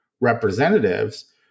representatives